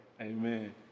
Amen